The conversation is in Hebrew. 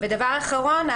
ודבר אחרון,